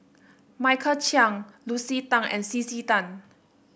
Michael Chiang Lucy Tan and C C Tan